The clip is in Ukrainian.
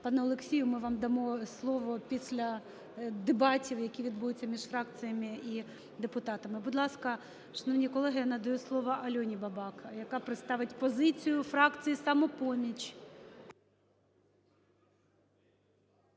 Пане Олексію, ми вам дамо слово після дебатів, які відбудуться між фракціями і депутатами. Будь ласка, шановні колеги, я надаю слово Альоні Бабак, яка представить позицію фракції "Самопоміч".